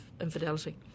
infidelity